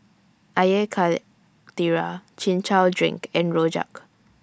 Air Karthira Chin Chow Drink and Rojak